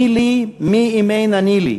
"מי לי, מי, אם אין אני לי?"